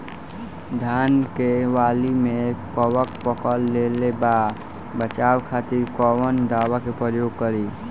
धान के वाली में कवक पकड़ लेले बा बचाव खातिर कोवन दावा के प्रयोग करी?